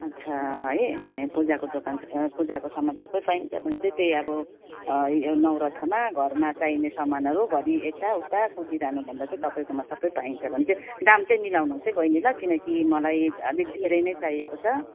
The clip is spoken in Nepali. अच्छा है ए पूजाको दोकान पूजाको सामान सबै पाइन्छ भने चाहिँ त्यही अब नवरथामा घरमा चाहिने सामानहरू घरि यता उता कुदिरहनु भन्दा चाहिँ तपाईँकोमा सबै पाइन्छ भने चाहिँ दाम चाहिँ मिलाउनोस् है बहिनी ल किनकि मलाई अलिक धेरै नै चाहिएको छ